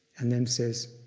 and then says,